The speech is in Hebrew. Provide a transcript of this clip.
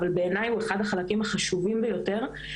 אבל בעיני הוא אחד החלקים החשובים ביותר.